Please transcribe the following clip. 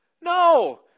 No